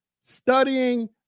studying